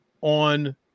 on